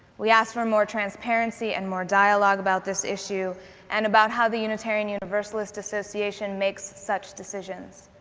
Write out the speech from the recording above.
we asked for more transparency and more dialogue about this issue and about how the unitarian universalist association makes such decisions.